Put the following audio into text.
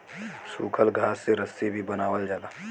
सूखल घास से रस्सी भी बनावल जाला